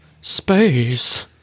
Space